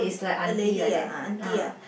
a lady ah aunty ah